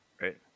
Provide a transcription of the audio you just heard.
Right